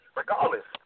regardless